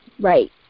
right